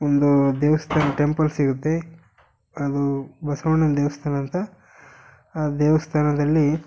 ಒಂದು ದೇವಸ್ಥಾನ ಟೆಂಪಲ್ ಸಿಗುತ್ತೆ ಅದು ಬಸ್ವಣ್ಣನ ದೇವಸ್ಥಾನ ಅಂತ ಆ ದೇವಸ್ಥಾನದಲ್ಲಿ